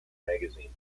magazine